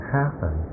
happen